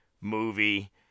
movie